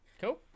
cool